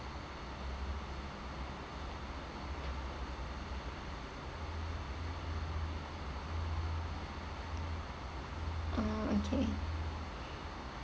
uh okay